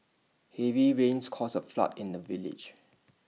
heavy rains caused A flood in the village